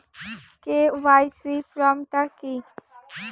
KYC form টা কি?